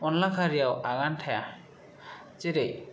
अनला खारिआव आगान थाया जेरै